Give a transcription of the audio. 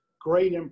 great